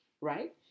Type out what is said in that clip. right